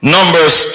Numbers